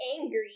angry